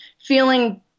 feeling